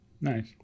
Nice